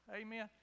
Amen